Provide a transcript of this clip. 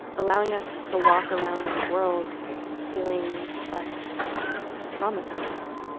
allowing us to walk around in the world feeling less traumatized.